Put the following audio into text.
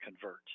convert